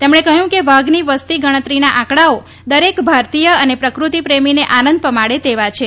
તેમણે કહ્યું કે વાઘની વસ્તી ગણતરીના આંકડાઓ દરેક ભારતીય અને પ્રકૃતિ પ્રેમીને આનંદ પમાડે તેવા છે